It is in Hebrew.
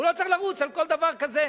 והוא לא צריך לרוץ על כל דבר כזה.